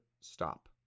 stop